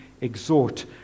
exhort